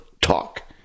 talk